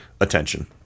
attention